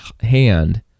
hand